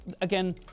again